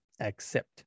accept